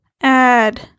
Add